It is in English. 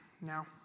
now